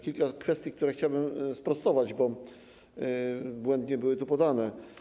Kilka kwestii, które chciałbym sprostować, bo błędnie były tu podane.